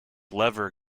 lever